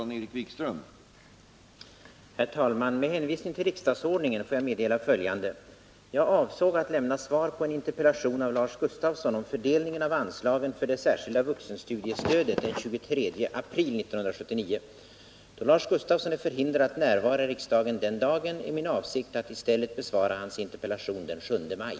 Herr talman! Med hänvisning till riksdagsordningen får jag meddela följande. Jag avsåg att lämna svar på en interpellation av Lars Gustafsson om fördelningen av anslagen för det särskilda vuxenstudiestödet den 23 april 1979. Då Lars Gustafsson är förhindrad att närvara i riksdagen den dagen, är min avsikt att i stället besvara hans interpellation den 7 maj.